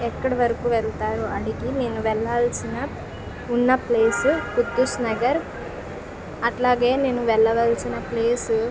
ఎక్కడి వరకు వెళతారో అడిగి నేను వెళ్ళాల్సిన వున్న ప్లేసు ఉద్ధూస్ నగర్ అట్లాగే నేను వెళ్ళవలసిన ప్లేసు